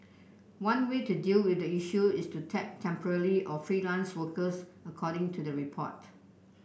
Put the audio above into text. one way to deal with the issue is to tap temporarily or freelance workers according to the report